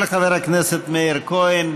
התשע"ח 2017, של חבר הכנסת מאיר כהן.